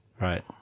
right